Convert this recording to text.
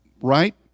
right